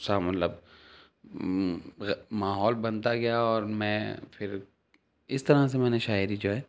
سا مطلب ماحول بنتا گیا اور میں پھر اس طرح سے میں نے شاعری جو ہے